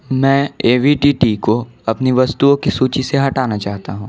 मैं A V T T को अपनी वस्तुओं की सूचि से हटाना चाहता हूँ